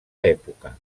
època